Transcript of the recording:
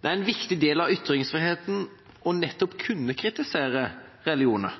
Det er en viktig del av ytringsfriheten å kunne kritisere religioner,